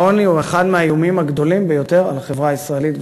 העוני הוא אחד האיומים הגדולים ביותר על החברה הישראלית.